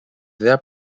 their